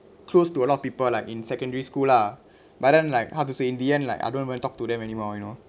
close to a lot of people like in secondary school lah but then like how to say in the end like I don't even talk to them anymore you know